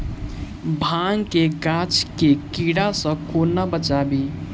भांग केँ गाछ केँ कीड़ा सऽ कोना बचाबी?